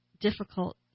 difficult